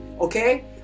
okay